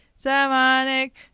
Demonic